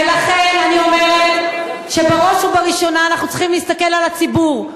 ולכן אני אומרת שבראש וראשונה אנחנו צריכים להסתכל על הציבור,